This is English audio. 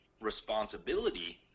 responsibility